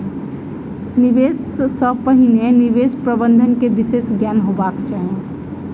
निवेश सॅ पहिने निवेश प्रबंधन के विशेष ज्ञान हेबाक चाही